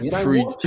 Free